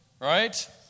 right